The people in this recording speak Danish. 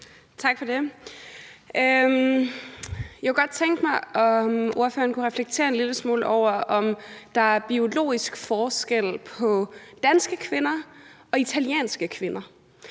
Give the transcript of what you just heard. Tak for det. Jeg kunne godt tænke mig, om ordføreren kunne reflektere en lille smule over, om der er biologisk forskel på danske kvinder og italienske kvinder;